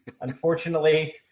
unfortunately